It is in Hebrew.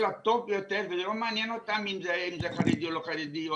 הטוב ביותר וזה לא מעניין אותם אם זה חרדי או לא חרדי.